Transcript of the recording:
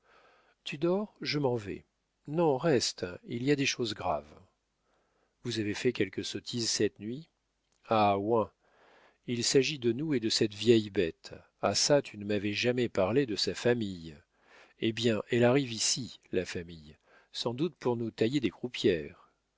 tu dors je m'en vais non reste il y a des choses graves vous avez fait quelque sottise cette nuit ah ouin il s'agit de nous et de cette vieille bête ah çà tu ne m'avais jamais parlé de sa famille eh bien elle arrive ici la famille sans doute pour nous tailler des croupières